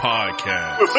Podcast